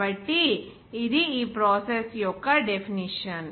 కాబట్టి ఇది ఈ ప్రాసెస్ యొక్క డెఫినిషన్